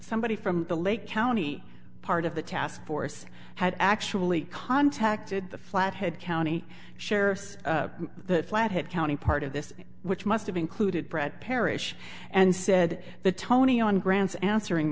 somebody from the lake county part of the task force had actually contacted the flathead county sheriff's flathead county part of this which must have included brett parrish and said the tony on grant's answering